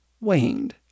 waned